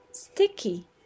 Sticky